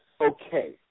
okay